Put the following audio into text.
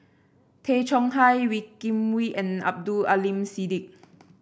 Tay Chong Hai Wee Kim Wee and Abdul Aleem Siddique